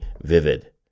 vivid